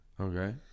Okay